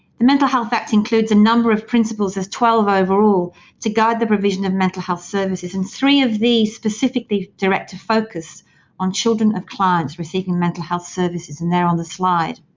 the mental health act includes a number of principles there's twelve overall to guide the provision of mental health services. and three of these specifically direct a focus on children of clients receiving mental health services and they're on the slide.